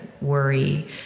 worry